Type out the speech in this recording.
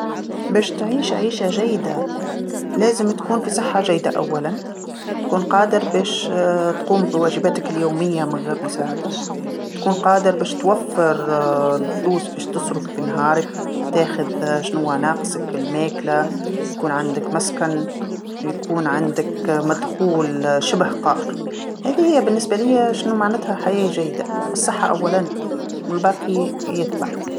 باش تعيش عيشه جيده لازم تكون في صحه جيده أولا، تكون قادر باش تقوم بواجباتك اليوميه من غير مساعده، تكون قادر باش توفر الفلوس باش تصرف في نهارك تاخذ شنوا ناقصك الماكله يكون عندك مسكن يكون عندك مدخول شبه قائم، هاذي هيوبالنسبه ليا شنو معنتها حياة جيده، الصحه أولا والباقي يتبع.